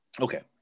Okay